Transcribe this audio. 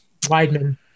Weidman